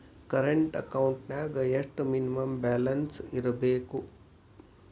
Current ಅಕೌಂಟೆಂನ್ಯಾಗ ಎಷ್ಟ minimum balance ಇರ್ಬೇಕು?